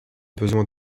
besoin